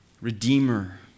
Redeemer